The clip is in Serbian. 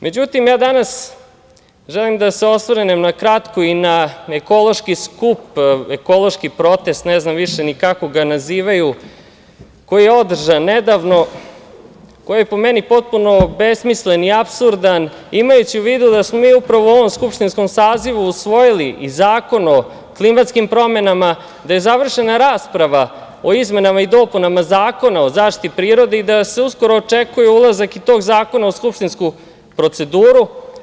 Međutim, ja danas želim da se osvrnem na kratko i na ekološki skup, ekološki protest, ne znam više ni kako ga nazivaju, koji je održan nedavno, koji je po meni potpuno besmislen i apsurdan, imajući u vidu da smo mi upravo u ovom skupštinskom sazivu usvojili i Zakon o klimatskim promenama, gde je završena rasprava o izmenama i dopunama Zakona o zaštiti prirode i da se uskoro očekuje ulazak i tog zakona u skupštinsku proceduru.